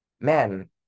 Man